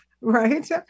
right